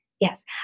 yes